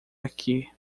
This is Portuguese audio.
aqui